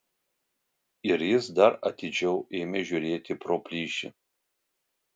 ir jis dar atidžiau ėmė žiūrėti pro plyšį